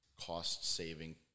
cost-saving